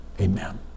Amen